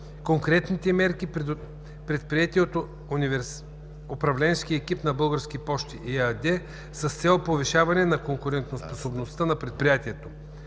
конкретните мерки, предприети от управленския екип на „Български пощи“ ЕАД с цел повишаване на конкурентоспособността на предприятието.